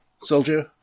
soldier